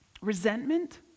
resentment